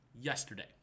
yesterday